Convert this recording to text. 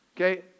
Okay